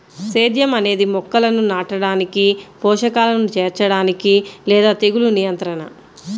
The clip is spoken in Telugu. సేద్యం అనేది మొక్కలను నాటడానికి, పోషకాలను చేర్చడానికి లేదా తెగులు నియంత్రణ